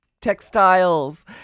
textiles